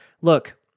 Look